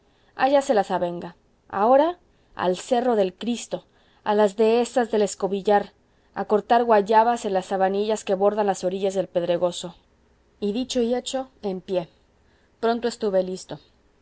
allá se las avenga ahora al cerro del cristo a las dehesas del escobillar a cortar guayabas en las sabanillas que bordan las orillas del pedregoso y dicho y hecho en pie pronto estuve listo